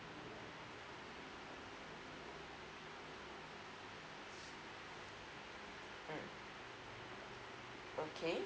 mm okay